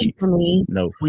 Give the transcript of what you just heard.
No